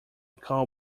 call